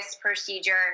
procedure